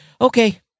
Okay